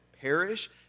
perish